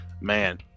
man